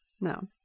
No